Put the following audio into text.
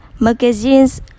magazines